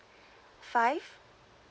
five